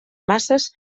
masses